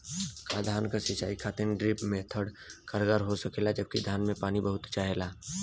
का धान क सिंचाई खातिर ड्रिप मेथड कारगर हो सकेला जबकि धान के पानी बहुत चाहेला?